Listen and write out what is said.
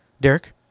Derek